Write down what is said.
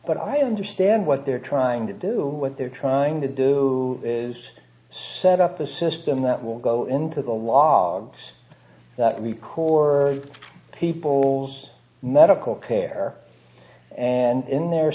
but i understand what they're trying to do what they're trying to do is set up a system that will go into the logs that we call for people's medical care and in their